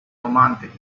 romantic